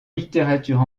littérature